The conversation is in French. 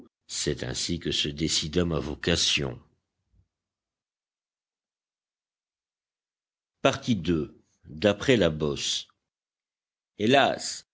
c'est ainsi que se décida ma vocation d'après la bosse